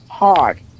Hard